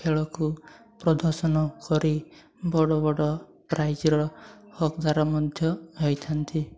ଖେଳକୁ ପ୍ରଦର୍ଶନ କରି ବଡ଼ ବଡ଼ ପ୍ରାଇଜ୍ର ହକଦାର୍ ମଧ୍ୟ ହେଇଥାନ୍ତି